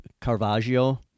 Caravaggio